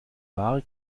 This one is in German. ware